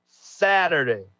Saturday